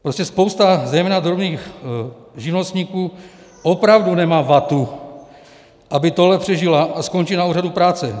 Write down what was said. Prostě spousta zejména drobných živnostníků opravdu nemá vatu, aby tohle přežila, a skončí na úřadu práce.